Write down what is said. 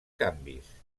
canvis